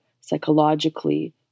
psychologically